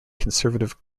conservative